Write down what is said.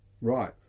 right